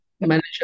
manager